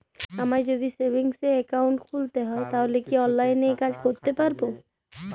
আমায় যদি savings account খুলতে হয় তাহলে কি অনলাইনে এই কাজ করতে পারবো?